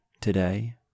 today